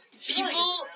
people